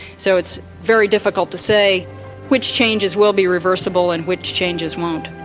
so it's very difficult to say which changes will be reversible and which changes won't.